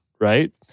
right